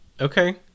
Okay